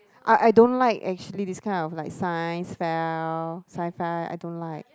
I I don't like actually these kind of like Science Sci-Fi I don't like